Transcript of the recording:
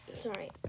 sorry